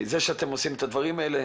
זה שאתם עושים את הדברים האלה,